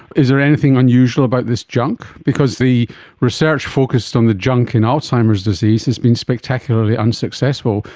is there anything unusual about this junk? because the research focused on the junk in alzheimer's disease has been spectacularly unsuccessful,